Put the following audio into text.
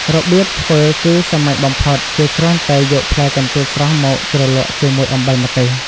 របៀបធ្វើគឺសាមញ្ញបំផុត គេគ្រាន់តែយកផ្លែកន្ទួតស្រស់មកជ្រលក់ជាមួយអំបិលម្ទេស។